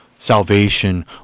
Salvation